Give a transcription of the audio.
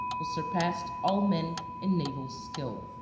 who surpassed all men in naval skill.